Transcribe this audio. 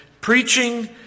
preaching